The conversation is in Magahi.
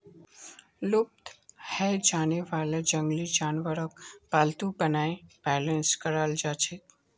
लुप्त हैं जाने वाला जंगली जानवरक पालतू बनाए बेलेंस कराल जाछेक